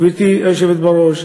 גברתי היושבת-ראש,